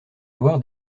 avoir